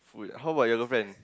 food how about your girlfriend